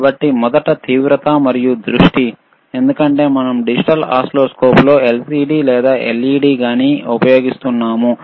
కాబట్టి మొదట తీవ్రత మరియు ఫోకస్ ని చూద్దాం ఎందుకంటే మనం డిజిటల్ ఓసిల్లోస్కోప్లో LCD లేదా LED గాని ఉపయోగిస్తున్నాము